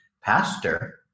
pastor